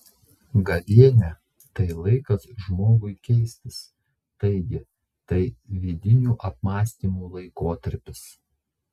gavėnia tai laikas žmogui keistis taigi tai vidinių apmąstymų laikotarpis